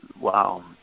wow